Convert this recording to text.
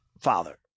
father